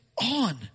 on